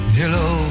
hello